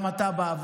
גם אתה בעבודה,